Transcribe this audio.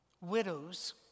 widows